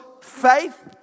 faith